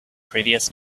previous